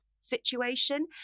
situation